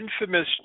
infamous